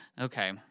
Okay